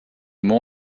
mot